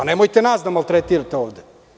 Nemojte nas da maltretirate ovde.